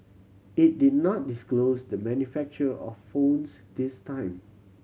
it did not disclose the manufacturer of phones this time